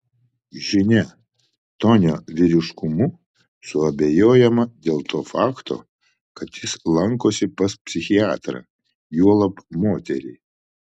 žinia tonio vyriškumu suabejojama dėl to fakto kad jis lankosi pas psichiatrą juolab moterį